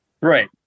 Right